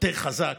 יותר חזק.